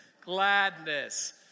Gladness